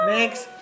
Next